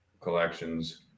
collections